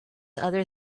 other